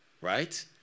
right